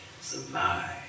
Survive